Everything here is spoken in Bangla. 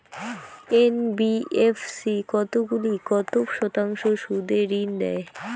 এন.বি.এফ.সি কতগুলি কত শতাংশ সুদে ঋন দেয়?